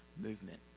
movement